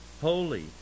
holy